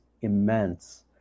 immense